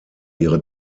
ihre